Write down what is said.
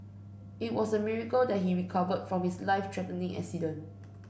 it was a miracle that he recovered from his life threatening accident